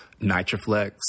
Nitroflex